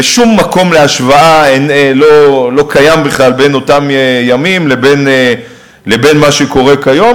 ושום מקום להשוואה לא קיים בכלל בין אותם ימים לבין מה שקורה כיום,